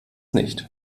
nicht